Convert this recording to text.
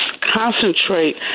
concentrate